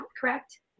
correct